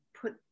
put